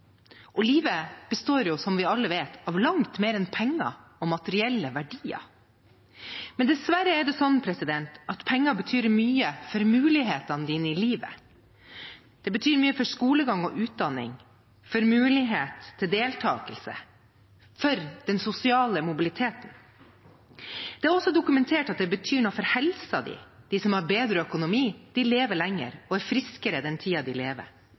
og livet består som vi alle vet, av langt mer enn penger og materielle verdier. Men dessverre er det sånn at penger betyr mye for mulighetene dine i livet. Det betyr mye for skolegang og utdanning, for mulighet til deltakelse, for den sosiale mobiliteten. Det er også dokumentert at det betyr noe for helsen din. De som har bedre økonomi, lever lenger og er friskere den tiden de lever.